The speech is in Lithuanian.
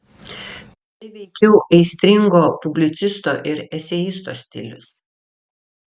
tai veikiau aistringo publicisto ir eseisto stilius